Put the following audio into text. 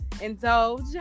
indulge